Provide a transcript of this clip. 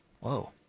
Whoa